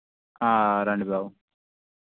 రండి బాబు